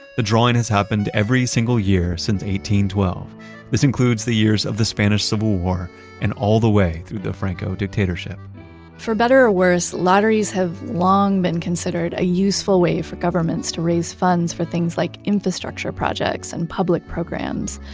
the drawing has happened every single year since one thousand this includes the years of the spanish civil war and all the way through the franco dictatorship for better or worse, lotteries have long been considered a useful way for governments to raise funds for things like infrastructure projects and public programs.